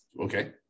Okay